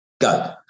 Go